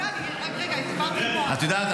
את יודעת,